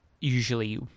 usually